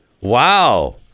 wow